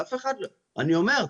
אני אומר,